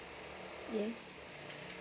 yes